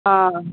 ହଁ